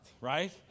right